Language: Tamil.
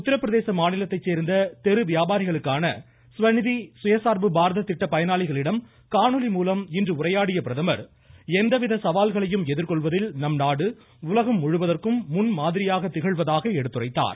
உத்தரபிரதேச மாநிலத்தை சேர்ந்த தெரு வியாபாரிகளுக்கான ஸ்வநிதி சுயசார்பு பாரத திட்ட பயனாளிகளிடம் காணொலி மூலம் இன்று உரையாடிய பிரதமர் எவ்வித சவால்களையும் எதிர்கொள்வதில் நம்நாடு உலகம் முழுவதற்கும் முன்மாதிரியாக திகழ்வதாக எடுத்துரைத்தார்